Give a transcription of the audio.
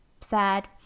sad